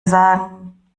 sagen